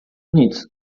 nic